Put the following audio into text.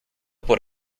por